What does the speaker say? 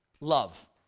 Love